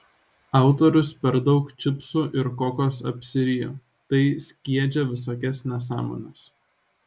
autorius per daug čipsų ir kokos apsirijo tai skiedžia visokias nesąmones